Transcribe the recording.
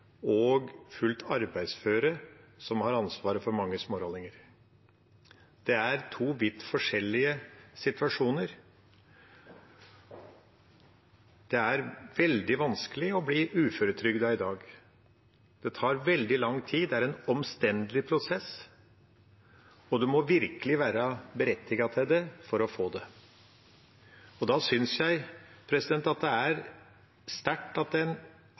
og fullt arbeidsføre som har ansvaret for mange smårollinger. Det er to vidt forskjellige situasjoner. Det er veldig vanskelig å bli uføretrygdet i dag, det tar veldig lang tid, det er en omstendelig prosess, og en må virkelig være berettiget til det for å få det. Da synes jeg at det er sterkt at en